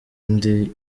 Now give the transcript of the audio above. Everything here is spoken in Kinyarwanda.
indi